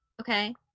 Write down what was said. Okay